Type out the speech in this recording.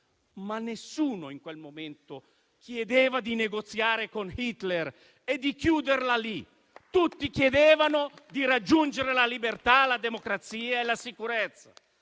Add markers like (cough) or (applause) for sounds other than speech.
ma nessuno in quel momento chiedeva di negoziare con Hitler e chiuderla lì. (applause) Tutti chiedevano di raggiungere la libertà, la democrazia e la sicurezza.